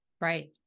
Right